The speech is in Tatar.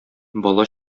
бала